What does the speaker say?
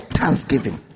thanksgiving